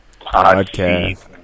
podcast